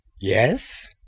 yes